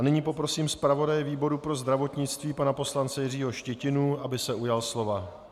Nyní poprosím zpravodaje výboru pro zdravotnictví pana poslance Jiřího Štětinu, aby se ujal slova.